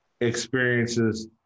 experiences